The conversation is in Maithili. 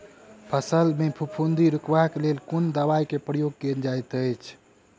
फसल मे फफूंदी रुकबाक लेल कुन दवाई केँ प्रयोग कैल जाइत अछि?